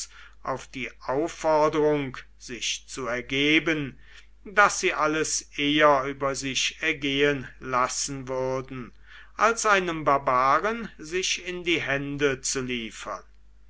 auf die aufforderung sich zu ergeben daß sie alles eher über sich ergehen lassen würden als einem barbaren sich in die hände zu liefern